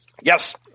Yes